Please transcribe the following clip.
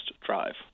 Drive